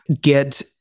get